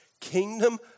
Kingdom